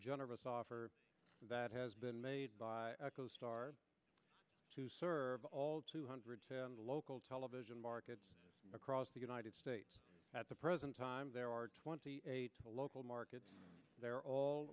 generous offer that has been made by echo star to serve all two hundred local television markets across the united states at the present time there are twenty eight local markets they're all